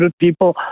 people